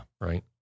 right